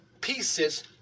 pieces